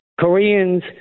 Koreans